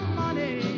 money